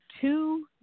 two